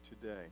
today